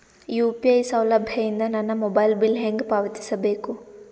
UPI ಸೌಲಭ್ಯ ಇಂದ ನನ್ನ ಮೊಬೈಲ್ ಬಿಲ್ ಹೆಂಗ್ ಪಾವತಿಸ ಬೇಕು?